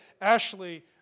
Ashley